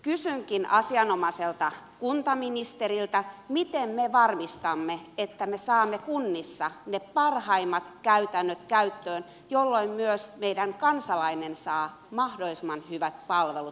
kysynkin asianomaiselta kuntaministeriltä miten me varmistamme että me saamme kunnissa ne parhaimmat käytännöt käyttöön jolloin myös meidän kansalainen saa mahdollisimman hyvät palvelut nopeasti